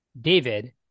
David